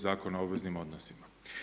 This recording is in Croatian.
Zakona o obveznim odnosima.